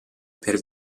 per